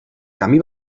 camí